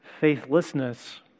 faithlessness